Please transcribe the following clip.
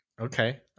Okay